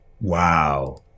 Wow